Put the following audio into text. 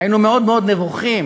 היינו מאוד מאוד נבוכים